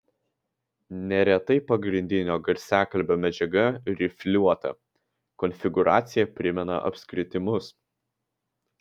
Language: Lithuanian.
neretai pagrindinio garsiakalbio medžiaga rifliuota konfigūracija primena apskritimus